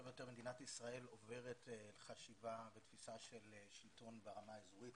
יותר ויותר מדינת ישראל עוברת לחשיבה ותפיסה של שלטון ברמה האזורית.